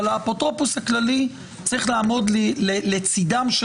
אבל האפוטרופוס הכללי צריך לעמוד לצדם של